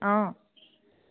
অঁ